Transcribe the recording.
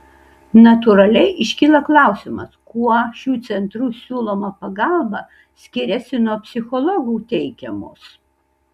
natūraliai iškyla klausimas kuo šių centrų siūloma pagalba skiriasi nuo psichologų teikiamos